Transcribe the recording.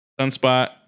Sunspot